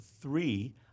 three